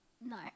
No